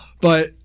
But-